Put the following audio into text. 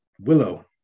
Willow